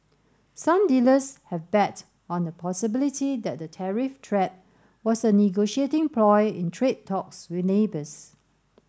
some dealers have bet on the possibility that the tariff threat was a negotiating ploy in trade talks with neighbours